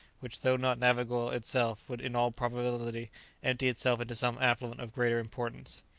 which though not navigable itself would in all probability empty itself into some affluent of greater importance.